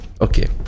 Okay